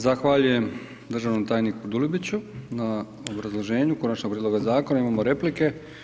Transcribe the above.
Zahvaljujem državnom tajniku Dulibiću na obrazloženju konačnog prijedloga zakona, imamo replike.